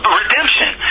redemption